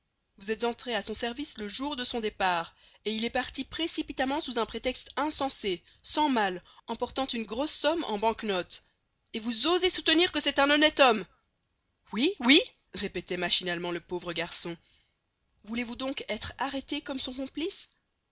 vous êtes entré à son service le jour de son départ et il est parti précipitamment sous un prétexte insensé sans malles emportant une grosse somme en bank notes et vous osez soutenir que c'est un honnête homme oui oui répétait machinalement le pauvre garçon voulez-vous donc être arrêté comme son complice